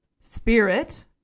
Spirit